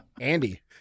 andy